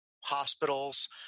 hospitals